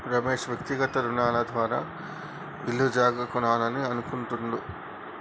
రమేష్ వ్యక్తిగత రుణాల ద్వారా ఇల్లు జాగా కొనాలని అనుకుంటుండు